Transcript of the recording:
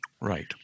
Right